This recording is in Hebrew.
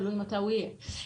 תלוי מתי הוא יהיה.